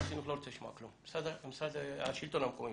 השלטון המקומי